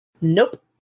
Nope